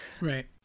Right